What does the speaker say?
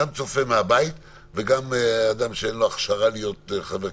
גם צופה מהבית וגם אדם שאין לו הכשרה להיות חבר כנסת,